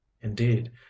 indeed